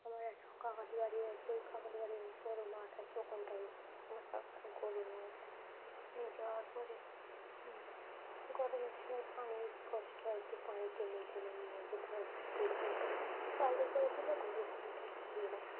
আমার একটা কাকাদের বাড়ি আছে ওই কাকাদের বাড়ি বড় মাঠ আছে ওখানটায় আমার কাকা গরু নিয়ে যায় নিয়ে যাওয়ার পরে গরমের সময় পানির কষ্ট হয় একটু পানি টেনে টেনে নিয়ে যেতে হয় বালতি করে বালতি করে দিলে গরু পানিটা খেয়ে নেয়